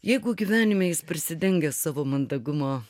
jeigu gyvenime jis prisidengęs savo mandagumo